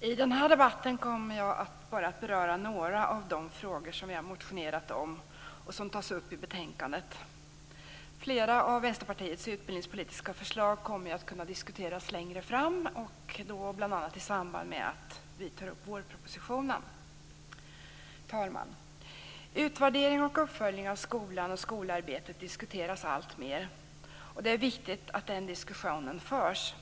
I den här debatten kommer jag att beröra endast några av de frågor som vi har motionerat om och som tas upp i betänkandet. Flera av Vänsterpartiets utbildningspolitiska förslag kommer ju att kunna diskuteras längre fram i vår, bl.a. i samband med att vårpropositionen behandlas. Utvärderingen och uppföljningen av skolan och skolarbetet diskuteras alltmer. Det är viktigt att den diskussionen förs.